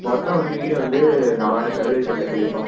மொத்தம் வந்து வீடு வந்து நாலாயிரம் சதுரடியில் கட்டியிருக்கோம்